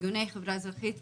ארגוני חברה אזרחית כמוני,